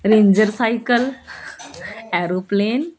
ranger cycle aeroplane